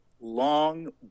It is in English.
long